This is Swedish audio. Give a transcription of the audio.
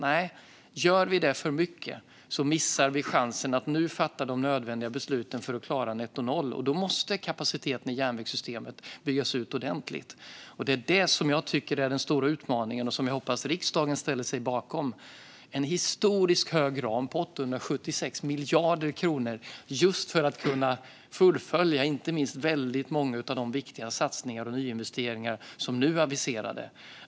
Nej, gör vi det för mycket missar vi chansen att nu fatta de nödvändiga besluten för att klara nettonollutsläpp. Om vi ska klara det måste kapaciteten i järnvägssystemet byggas ut ordentligt. Det är detta som jag tycker är den stora utmaningen och som jag hoppas att riksdagen ställer sig bakom. Det är en historiskt stor ram på 876 miljarder kronor, just för att man ska kunna fullfölja inte minst många av de viktiga satsningar och nyinvesteringar som nu är aviserade.